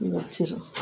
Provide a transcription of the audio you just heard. వచ్చిర్రు